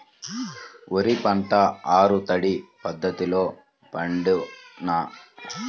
వరి పంట ఆరు తడి పద్ధతిలో పండునా?